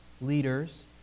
leaders